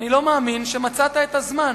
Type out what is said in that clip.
אני לא מאמין שמצאת את הזמן.